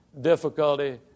difficulty